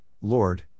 Lord